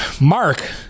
Mark